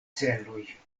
celoj